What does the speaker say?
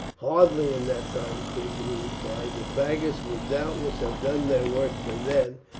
hardly in that time, queen, he replied. the faggots will doubtless have done their work by then,